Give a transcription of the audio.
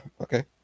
Okay